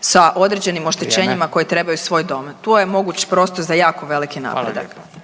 sa određenim oštećenjima …/Upadica: Vrijeme./… koji trebaju svoj dom. Tu je moguć prostor za jako veliki napredak.